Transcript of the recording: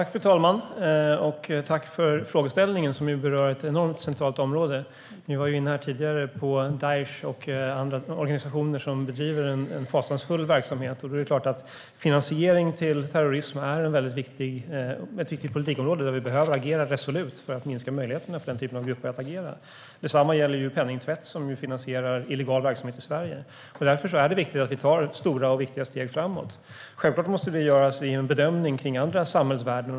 Fru talman! Tack för frågan, som berör ett enormt centralt område. Vi var tidigare inne på Daish och andra organisationer som bedriver en fasansfull verksamhet. Finansiering till terrorism är ett viktigt politikområde där vi behöver agera resolut för att minska möjligheterna för den typen av grupper att agera. Detsamma gäller penningtvätt, som finansierar illegal verksamhet i Sverige. Därför är det viktigt att vi tar stora och viktiga steg framåt. Självklart måste det göras en bedömning av andra samhällsvärden.